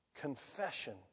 confession